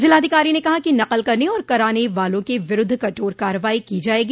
जिलाधिकारी ने कहा कि नकल करने और कराने वालों के विरूद्व कठोर कार्रवाई की जायेगी